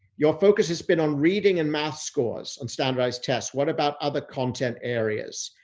your focus has been on reading and math scores on standardized tests. what about other content areas?